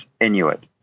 Inuit